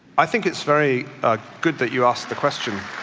i think it's very good that you asked the question.